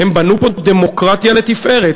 הם בנו פה דמוקרטיה לתפארת,